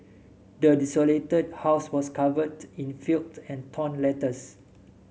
the desolated house was covered in filth and torn letters